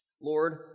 Lord